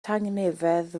tangnefedd